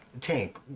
Tank